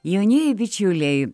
jaunieji bičiuliai